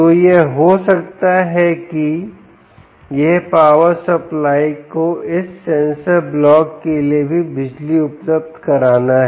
तो यह हो सकता है कि यह पावर सप्लाई को इस सेंसर ब्लॉक के लिए भी बिजली उपलब्ध कराना है